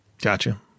Gotcha